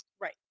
right